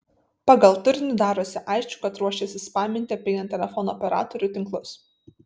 pagal turinį darosi aišku kad ruošiasi spaminti apeinant telefono operatorių tinklus